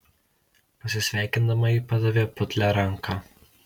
pasisveikindama ji padavė putlią ranką